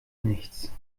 nichts